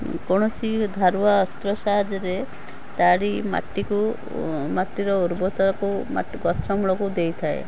ଯେକୌଣସି ଧାରୁଆ ଅସ୍ତ୍ର ସାହାଯ୍ୟରେ ତାଡ଼ି ମାଟିକୁ ମାଟିର ଉର୍ବରତାକୁ ମାଟି ଗଛ ମୂଳକୁ ଦେଇଥାଏ